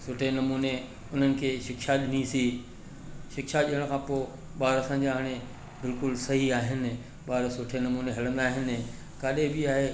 सुठे नमूने उन्हनि खे शिक्षा ॾिनीसि शिक्षा ॾियण खां पोइ ॿार असांजा हाणे बिल्कुलु सही आहिनि ॿार सुठे नमूने हलंदा आहिनि किथे बि आहे